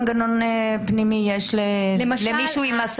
מנגנון פנימי יש למישהו במקרה של